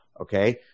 Okay